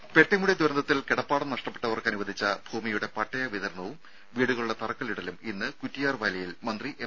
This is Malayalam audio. രും പെട്ടിമുടി ദുരന്തത്തിൽ കിടപ്പാടം നഷ്ടപ്പെട്ടവർക്ക് അനുവദിച്ച ഭൂമിയുടെ പട്ടയ വിതരണവും വീടുകളുടെ തറക്കല്ലിടലും ഇന്ന് കുറ്റിയാർവാലിയിൽ മന്ത്രി എം